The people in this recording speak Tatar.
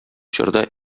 чорда